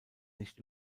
nicht